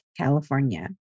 California